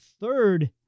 third